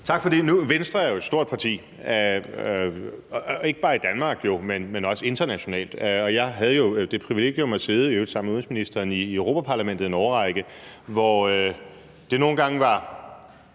Tak for det. Venstre er jo et stort parti, ikke bare i Danmark, men også internationalt. Jeg havde jo det privilegium at sidde – i øvrigt sammen med udenrigsministeren – i Europa-Parlamentet i en årrække, hvor det nogle gange var